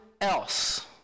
else